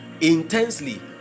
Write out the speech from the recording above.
intensely